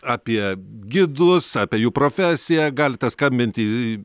apie gidus apie jų profesiją galite skambinti